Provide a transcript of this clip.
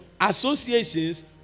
associations